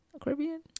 Caribbean